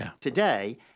Today